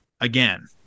Again